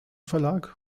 verlag